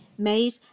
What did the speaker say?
made